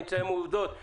אני מציין עובדות.